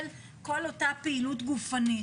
של כל אותה פעילות גופנית.